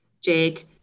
Jake